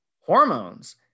hormones